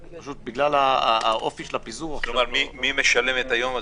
כלומר, מי משלם את היום הזה.